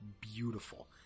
beautiful